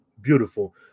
beautiful